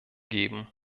geben